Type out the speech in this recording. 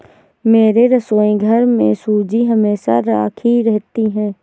मेरे रसोईघर में सूजी हमेशा राखी रहती है